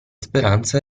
speranza